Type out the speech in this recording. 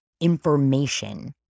information